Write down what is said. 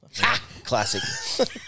Classic